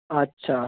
আচ্ছা